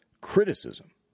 criticism